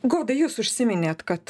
goda jūs užsiminėt kad